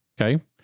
Okay